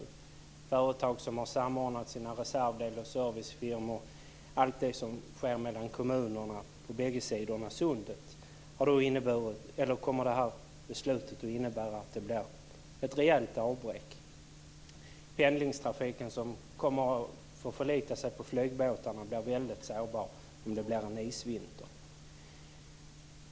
För företag som har samordnat sina reservdels och servicefirmor, allt det som sker mellan kommunerna på bägge sidorna av Sundet, kommer det här beslutet att innebära ett rejält avbräck. Pendlingstrafiken, som kommer att få förlita sig på flygbåtarna, är väldigt sårbar om det blir en isvinter.